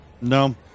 no